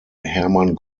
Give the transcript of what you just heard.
herman